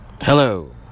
Hello